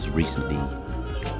recently